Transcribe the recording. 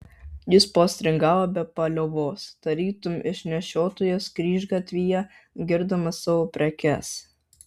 jis postringavo be paliovos tarytum išnešiotojas kryžgatvyje girdamas savo prekes